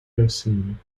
eocene